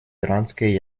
иранская